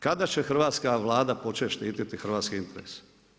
Kada će hrvatska Vlada početi štiti hrvatske interese?